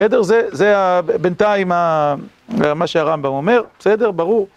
בסדר, זה בינתיים מה שהרמב״ם אומר, בסדר, ברור?